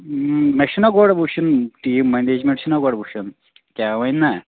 مےٚ چھِنہٕ گۄڈٕ وُچھُن یہِ مَنیجمیٚنٹ چھِنہٕ گۄڈٕ وُچھُن کیٛاہ وَنہِ نہ